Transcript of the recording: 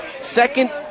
Second